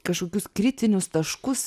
kažkokius kritinius taškus